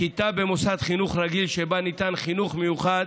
כיתה במוסד חינוך רגיל שבה ניתן חינוך מיוחד